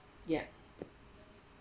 ya